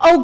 oh